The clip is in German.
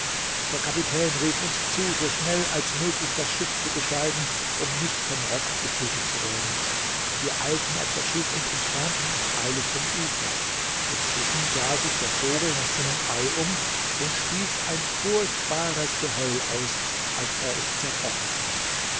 der kapitän rief uns zu so schnell als möglich das schiff zu besteigen um nicht vom rock getötet zu werden wir eilten auf das schiff und entfernten uns eilig vom ufer inzwischen sah sich der vogel nach seinem ei um und stieß ein furchtbares geheul aus als er es zerbrochen fand